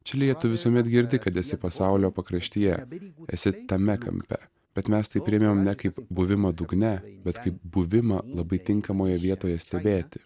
čilėje tu visuomet girdi kad esi pasaulio pakraštyje esi tame kampe bet mes tai priėmėm ne kaip buvimą dugne bet kaip buvimą labai tinkamoje vietoje stebėti